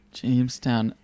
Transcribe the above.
jamestown